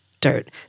dirt